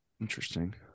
Interesting